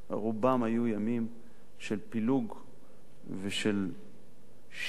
רובם היו ימים של פילוג ושל שיסוי.